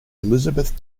elizabeth